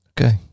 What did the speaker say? Okay